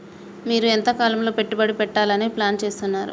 మీరు ఎంతకాలం పెట్టుబడి పెట్టాలని ప్లాన్ చేస్తున్నారు?